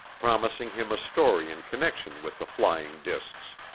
promising him a story in connection with the flying discs.